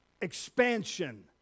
expansion